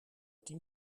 tien